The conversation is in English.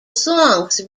songs